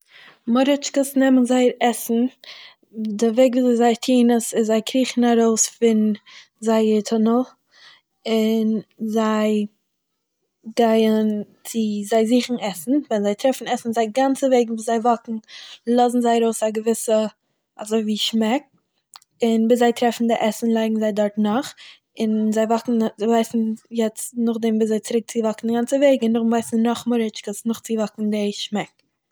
מורעטשקעס נעמען זייער עסן, די וועג ווי אזוי זיי טוהן עס, איז זיי קריכן ארויס פון זייער טונעל און זיי גייען צו.. זיי זוכן עסן, ווען זיי טרעפן עסן זייער גאנצע וועג וואס זיי וואקן לאזן זיי ארויס א געוויסע אזוי ווי שמעק און ביז זיי טרעפן די עסן לייגן זיי דארט נאך און זיי וואקן... זיי ווייסן יעצט נאכדעם ווי אזוי צוריק צו וואקן די גאנצע וועג און נאכדעם ווייסן נאך מארעטשעקס נאך צו וואקן דער שמעק.